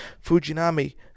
Fujinami